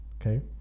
okay